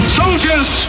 soldiers